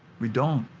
we don't!